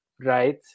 right